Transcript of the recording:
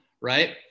Right